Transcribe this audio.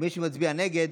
ומי שמצביע נגד,